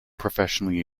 professionally